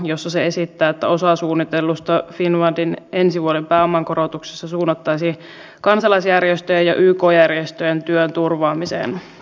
meinasin juuri kehua että arvostan sitä että ministerit ovat täällä paikalla ja osallistuvat tähän keskusteluun näin aktiivisesti